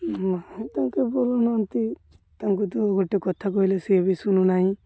ତାଙ୍କେ ବୋଲୁନାହାନ୍ତି ତାଙ୍କୁ ତ ଗୋଟେ କଥା କହିଲେ ସିଏ ବି ଶୁଣୁନାହିଁ